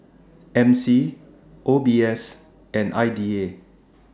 M C O B S and I D A